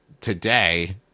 today